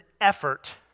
effort